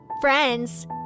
Friends